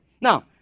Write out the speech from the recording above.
Now